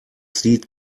sieht